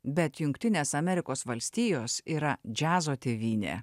bet jungtinės amerikos valstijos yra džiazo tėvynė